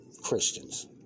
Christians